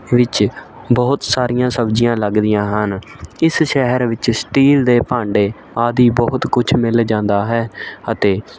ਵਿੱਚ ਬਹੁਤ ਸਾਰੀਆਂ ਸਬਜ਼ੀਆਂ ਲੱਗਦੀਆਂ ਹਨ ਇਸ ਸ਼ਹਿਰ ਵਿੱਚ ਸਟੀਲ ਦੇ ਭਾਂਡੇ ਆਦਿ ਬਹੁਤ ਕੁਛ ਮਿਲ ਜਾਂਦਾ ਹੈ ਅਤੇ